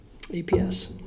APS